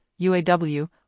UAW